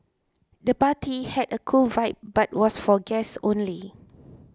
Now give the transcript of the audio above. the party had a cool vibe but was for guests only